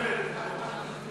נרדמת.